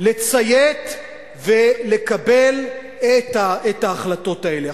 לציית ולקבל את ההחלטות האלה.